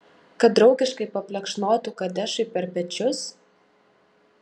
kad draugiškai paplekšnotų kadešui per pečius